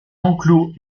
enclos